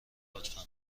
لطفا